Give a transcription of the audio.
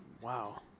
wow